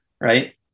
right